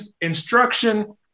instruction